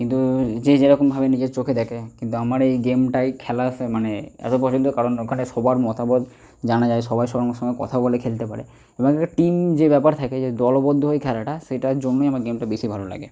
কিন্তু যে যে রকম ভাবে নিজের চোখে দেখে কিন্তু আমার এই গেমটাই খেলা সে মানে এত পছন্দ কারণ ওখানে সবার মতামত জানা যায় সবাই সবার সঙ্গে কথা বলে খেলতে পারে এবং টিম যে ব্যাপার থাকে যে দলবদ্ধ হয়ে খেলাটা সেটার জন্যই আমার গেমটা বেশি ভালো লাগে